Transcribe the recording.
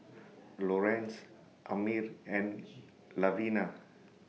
Lorenz Amir and Lavina